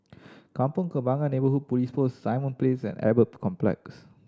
Kampong Kembangan Neighbourhood Police Post Simon Place and Albert Complex